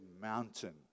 mountain